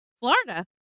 Florida